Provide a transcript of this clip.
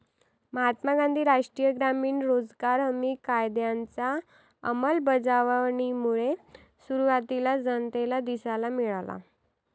महात्मा गांधी राष्ट्रीय ग्रामीण रोजगार हमी कायद्याच्या अंमलबजावणीमुळे सुरुवातीला जनतेला दिलासा मिळाला